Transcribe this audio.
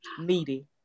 meaty